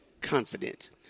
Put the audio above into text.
confidence